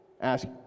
ask